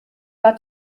war